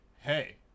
Hey